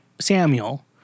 Samuel